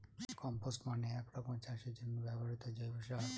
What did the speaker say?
compost মানে এক রকমের চাষের জন্য ব্যবহৃত জৈব সার